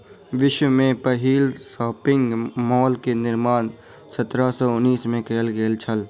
विश्व में पहिल स्पिनिंग म्यूल के निर्माण सत्रह सौ उनासी में कयल गेल छल